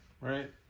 right